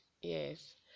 yes